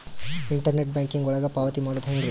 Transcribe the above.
Internet banking ಒಳಗ ಪಾವತಿ ಮಾಡೋದು ಹೆಂಗ್ರಿ?